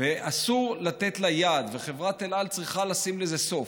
ואסור לתת לה יד, וחברת אל על צריכה לשים לזה סוף.